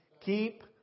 Keep